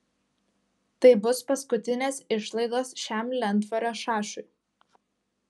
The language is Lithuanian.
tai bus paskutinės išlaidos šiam lentvario šašui